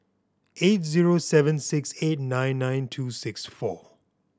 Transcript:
eight zero seven six eight nine nine two six four